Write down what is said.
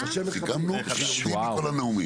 סיכמנו בכל הנאומים.